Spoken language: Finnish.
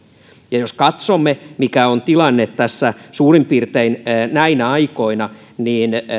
ja jos katsomme mikä on tilanne tässä suurin piirtein näinä aikoina niin